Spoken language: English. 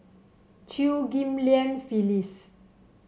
Chew Ghim Lian Phyllis